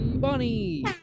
Bunny